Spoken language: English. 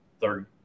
third